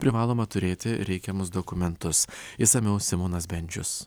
privaloma turėti reikiamus dokumentus išsamiau simonas bendžius